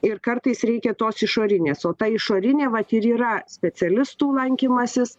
ir kartais reikia tos išorinės o ta išorinė vat ir yra specialistų lankymasis